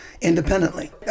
independently